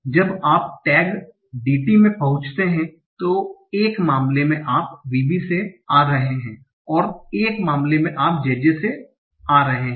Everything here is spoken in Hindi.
इसलिए जब आप टेक DT में पहुंचते हैं तो एक मामले में आप VB से आ रहे हैं और एक मामले मे आप JJ से आ रहे हैं